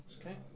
Okay